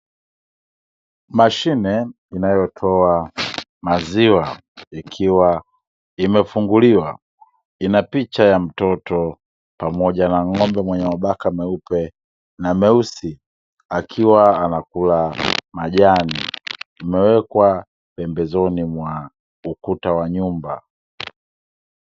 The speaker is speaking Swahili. Mashine inayotoa maziwa, ikiwa imefunguliwa, ina picha ya mtoto pamoja na ng'ombe mwenye mabaka meupe na meusi, akiwa anakula majani. Imewekwa pembezoni mwa ukuta wa nyumba.